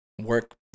work